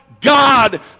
God